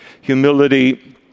humility